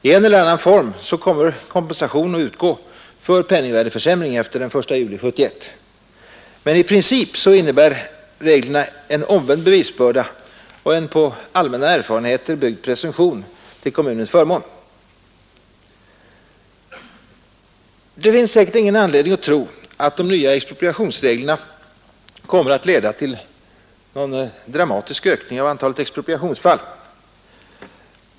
I en eller annan form kommer kompensation att utgå för penningvärdeförsämringen efter den 1 juli 1971, men i princip innebär reglerna en omvänd bevisbörda och en på allmänna erfarenheter byggd presumtion till kommunens förmån. Det finns säkert ingen anledning att tro att de nya expropriationsreglerna kommer att leda till någon dramatisk ökning av antalet expropriationsfall.